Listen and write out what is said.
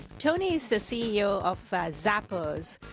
tony is the ceo of ah zappos.